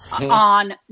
on